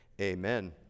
amen